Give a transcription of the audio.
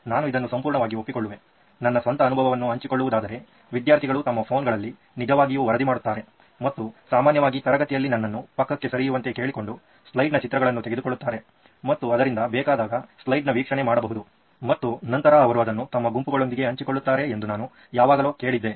ನಾನು ಇದನ್ನು ಸಂಪೂರ್ಣವಾಗಿ ಒಪ್ಪಿಕೊಳ್ಳುವೆ ನನ್ನ ಸ್ವಂತ ಅನುಭವವನ್ನು ಹಂಚಿಕೊಳ್ಳುವುದಾದರೇ ವಿದ್ಯಾರ್ಥಿಗಳು ತಮ್ಮ ಫೋನ್ಗಳಲ್ಲಿ ನಿಜವಾಗಿಯು ವರದಿ ಮಾಡುತ್ತಾರೆ ಮತ್ತು ಸಾಮಾನ್ಯವಾಗಿ ತರಗತಿಯಲ್ಲಿ ನನ್ನನ್ನು ಪಕ್ಕಕ್ಕೆ ಸರಿಯುವಂತೆ ಕೇಳಿಕೊಂಡು ಸ್ಲೈಡ್ನ ಚಿತ್ರವನ್ನು ತೆಗೆದುಕೊಳ್ಳುತ್ತಾರೆ ಮತ್ತು ಅದರಿಂದ ಬೇಕಾದಾಗ ಸ್ಲೈಡ್ ನ ವೀಕ್ಷಣೆ ಮಾಡಬಹುದು ಮತ್ತು ನಂತರ ಅವರು ಅದನ್ನು ತಮ್ಮ ಗುಂಪುಗಳೊಂದಿಗೆ ಹಂಚಿಕೊಳ್ಳುತ್ತಾರೆ ಎಂದು ನಾನು ಯಾವಾಗಲೊ ಕೇಳಿದ್ದೆ